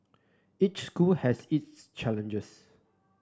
each school has its challenges